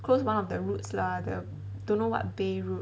close one of the routes lah the don't know what bay route